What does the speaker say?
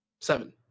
seven